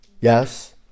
Yes